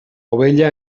ovella